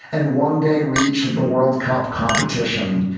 and one day reach the world cup competition,